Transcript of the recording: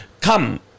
come